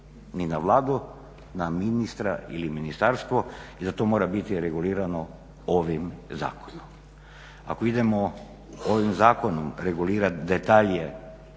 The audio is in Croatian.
ni na vladu, na ministra ili ministarstvo i zato to mora biti regulirano ovim zakonom. Ako idemo ovim zakonom regulirati detalje